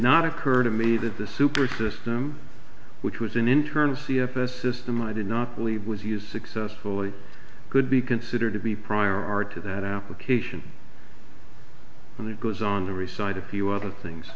not occur to me that the super system which was an internal c f s system i did not believe was used successfully could be considered to be prior art to that application and it goes on every side a few other things